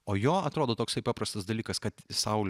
o jo atrodo toks paprastas dalykas kad saulė